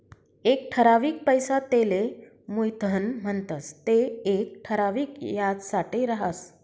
एक ठरावीक पैसा तेले मुयधन म्हणतंस ते येक ठराविक याजसाठे राहस